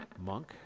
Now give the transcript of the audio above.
monk